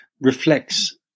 reflects